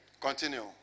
Continue